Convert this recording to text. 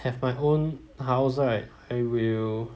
I have my own house right I will